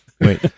Wait